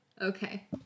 okay